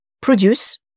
produce